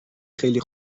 خیلی